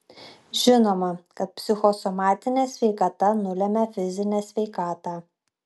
žinoma kad psichosomatinė sveikata nulemia fizinę sveikatą